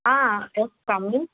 ah yes come in